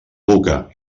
boca